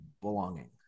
belonging